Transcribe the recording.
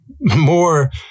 more